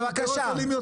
בבקשה.